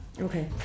Okay